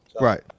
Right